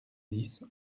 dix